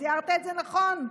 תיארת את זה נכון.